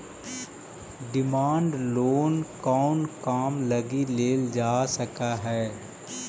Demand loan कउन काम लगी लेल जा सकऽ हइ?